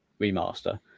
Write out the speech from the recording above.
remaster